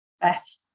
Beth